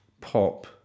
pop